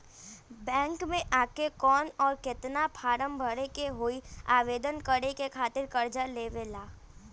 Bank मे आ के कौन और केतना फारम भरे के होयी आवेदन करे के खातिर कर्जा लेवे ला?